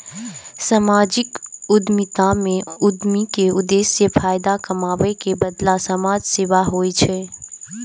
सामाजिक उद्यमिता मे उद्यमी के उद्देश्य फायदा कमाबै के बदला समाज सेवा होइ छै